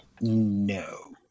No